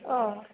अह